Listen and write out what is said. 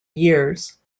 years